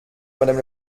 madame